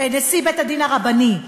נשיא בית-הדין הרבני,